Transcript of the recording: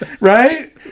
right